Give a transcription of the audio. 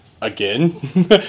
again